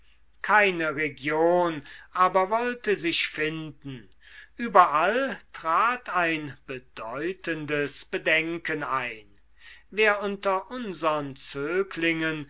keine region aber wollte sich finden überall trat ein bedeutendes bedenken ein wer unter unsern zöglingen